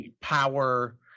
power